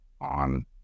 on